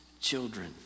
children